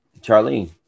Charlene